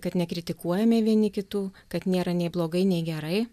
kad nekritikuojame vieni kitų kad nėra nei blogai nei gerai